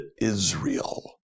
Israel